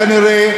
כנראה,